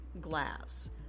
glass